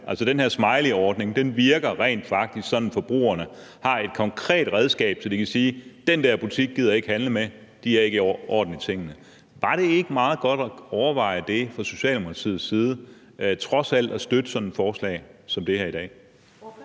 Altså, den her smileyordning virker rent faktisk, i forhold til at forbrugerne har et konkret redskab, så de kan sige: Den der butik gider jeg ikke handle med, for de har ikke orden i tingene. Var det trods alt ikke meget godt at overveje fra Socialdemokratiets side at støtte sådan et forslag som det her i dag?